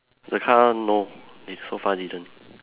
the car no it's so far didn't